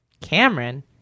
Cameron